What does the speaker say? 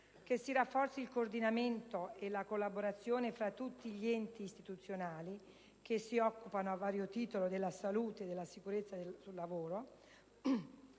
che si rafforzi il coordinamento e la collaborazione tra tutti gli enti istituzionali che si occupano a vario titolo della salute e della sicurezza sul lavoro,